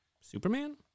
Superman